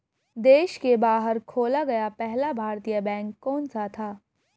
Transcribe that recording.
देश के बाहर खोला गया पहला भारतीय बैंक कौन सा था?